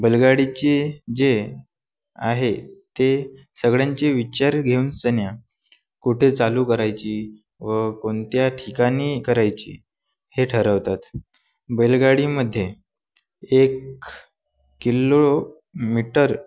बैलगाडीची जे आहे ते सगळ्यांचे विचार घेऊन सन्या कुठे चालू करायची व कोणत्या ठिकाणी करायची हे ठरवतात बैलगाडीमध्ये एक किलोमीटर